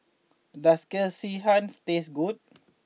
does Sekihan taste good